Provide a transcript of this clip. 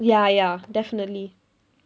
ya ya definitely